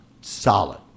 solid